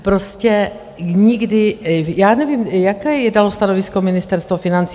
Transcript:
Prostě nikdy já nevím, jaké je tam stanovisko Ministerstva financí?